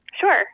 Sure